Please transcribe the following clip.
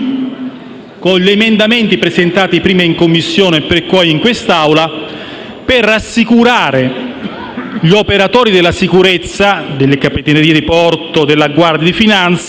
con gli emendamenti presentati prima in Commissione e poi in questa Assemblea, per rassicurare gli operatori della sicurezza (delle Capitanerie di porto e della Guardia di finanza)